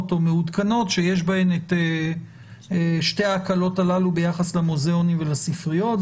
או מעודכנות שיש בהן את שתי ההקלות הללו ביחס למוזיאונים ולספריות.